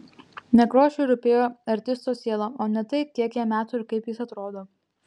nekrošiui rūpėjo artisto siela o ne tai kiek jam metų ir kaip jis atrodo